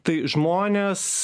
tai žmonės